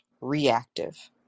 reactive